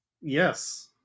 Yes